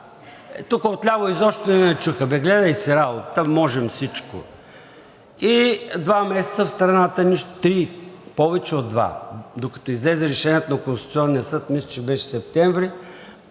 тук отляво изобщо не ни чуха – абе, гледай си работата, можем всичко. И два месеца в страната нищо – три, повече от два, докато излезе решението на Конституционния съд, мисля, че беше септември,